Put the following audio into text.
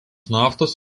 naftos